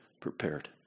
prepared